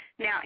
Now